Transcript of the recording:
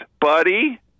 buddy